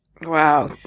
wow